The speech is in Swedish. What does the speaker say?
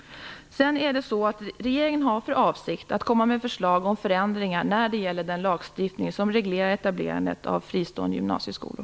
Regeringen har för avsikt att komma med förslag om förändringar när det gäller den lagstiftning som reglerar etablerandet av fristående gymnasieskolor.